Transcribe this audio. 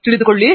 professor